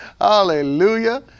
Hallelujah